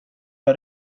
har